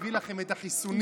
הביא לכם את החיסונים.